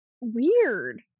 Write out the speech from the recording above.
Weird